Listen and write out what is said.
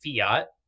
fiat